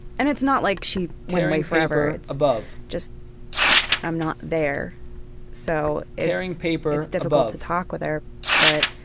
and it's not like she went away forever, it's just i'm not there so it's it's difficult to talk with her but